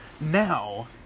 Now